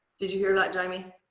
did you hear that jaime?